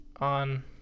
On